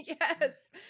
yes